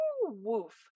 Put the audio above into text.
Woof